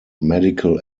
medical